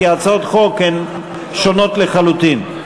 כי הצעות החוק שונות לחלוטין.